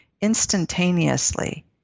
instantaneously